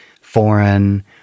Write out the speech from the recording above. foreign